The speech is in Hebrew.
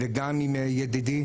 וגם עם ידידי,